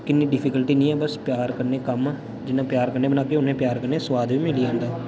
किन्नी डिफिकल्टी नी ऐ बस प्यार कन्नै कम्म जिन्ना प्यार कन्नै बनाह्गे उन्ने प्यार कन्नै स्वाद मिली जंदा